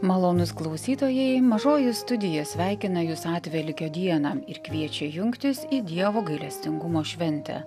malonūs klausytojai mažoji studija sveikina jus atvelykio dieną ir kviečia jungtis į dievo gailestingumo šventę